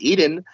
Eden